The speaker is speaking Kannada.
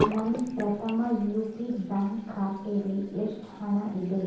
ನನ್ನ ಪ್ರಥಮ ಯು ಪಿ ಬ್ಯಾಂಕ್ ಖಾತೇಲ್ಲಿ ಎಷ್ಟು ಹಣ ಇದೆ